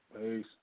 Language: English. Peace